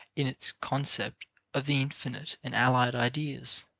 in its concept of the infinite and allied ideas.